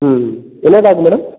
ம் என்ன டாக் மேடம்